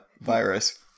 virus